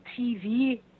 TV